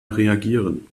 reagieren